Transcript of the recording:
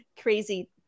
crazy